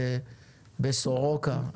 בית חולים סורוקה.